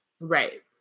Right